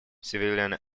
civilian